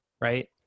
right